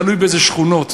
תלוי באיזה שכונות,